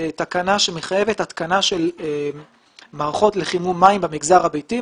התקנה של מערכות לחימום מים במגזר הביתי.